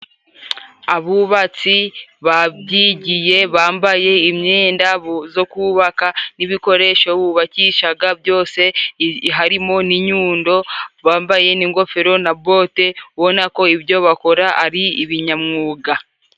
Abubatsi babyigiye bambaye imyenda zo kubaka n'ibikoresho bubakishaga byose, harimo n'inyundo bambaye n'ingofero na bote, ubona ko ibyo bakora ari ibinyamwuga.